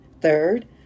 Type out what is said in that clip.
Third